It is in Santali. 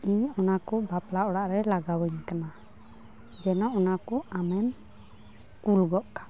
ᱤᱧ ᱚᱱᱟᱠᱩ ᱵᱟᱯᱞᱟ ᱚᱲᱟᱜᱨᱮ ᱞᱟᱜᱟᱣ ᱟᱹᱧ ᱠᱟᱱᱟ ᱡᱮᱱᱚ ᱚᱱᱟᱠᱩ ᱟᱢᱮᱢ ᱠᱩᱞ ᱜᱚᱫ ᱠᱟᱜ